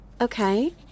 okay